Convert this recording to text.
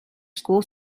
school